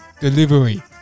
delivery